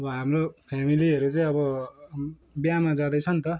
हाम्रो फेमिलीहरू चाहिँ अब बिहेमा जाँदैछ नि त